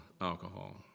alcohol